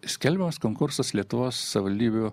skelbiamas konkursas lietuvos savivaldybių